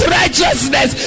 righteousness